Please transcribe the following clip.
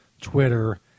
Twitter